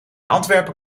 antwerpen